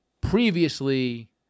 previously